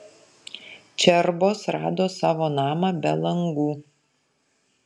čerbos rado savo namą be langų